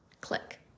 click